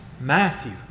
Matthew